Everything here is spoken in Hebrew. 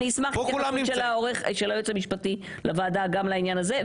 אני אשמח להתייחסות של היועץ המשפטי לוועדה גם לעניין הזה.